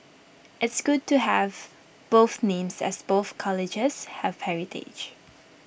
it's good to have both names as both colleges have heritage